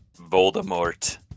Voldemort